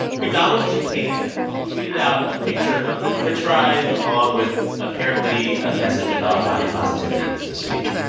mcdonald's japan tweeted out a picture of their french fries, along with, apparently, a message about body positivity this week.